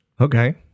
Okay